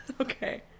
okay